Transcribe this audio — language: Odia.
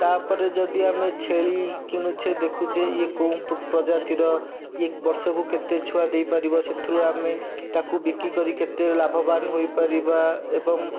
ତା'ପରେ ଯଦି ଆମେ ଛେଳି କିଣୁଛେ ଦେଖୁଛେ ଇଏ କୋଉ ପ୍ରଜାତିର ଇଏ ବର୍ଷକୁ କେତେ ଛୁଆ ଦେଇପାରିବ ସେଥିରୁ ଆମେ ତା'କୁ ବିକିକରି କେତେ ଲାଭବାନ ହୋଇପାରିବା ଏବଂ